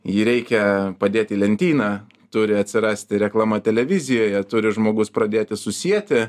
jį reikia padėti į lentyną turi atsirasti reklama televizijoje turi žmogus pradėti susieti